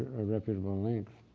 a reputable link.